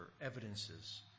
evidences